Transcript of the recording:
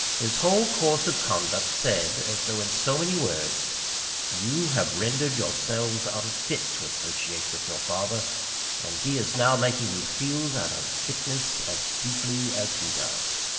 his whole course of conduct said, as though in so many words you have rendered yourselves unfit to associate with your father and he is now making you feel that unfitness as deeply as he does.